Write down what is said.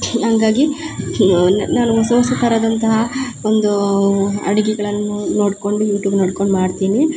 ಹಂಗಾಗಿ ನಾನು ಹೊಸ ಹೊಸ ಥರದಂತಹ ಒಂದು ಅಡಿಗೆಗಳನ್ನು ನೋಡ್ಕೊಂಡು ಯುಟ್ಯೂಬ್ ನೋಡ್ಕೊಂಡು ಮಾಡ್ತೀನಿ